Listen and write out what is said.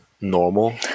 normal